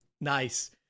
Nice